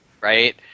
right